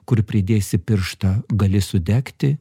kur pridėsi pirštą gali sudegti